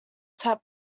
tap